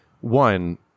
One